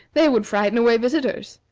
they would frighten away visitors.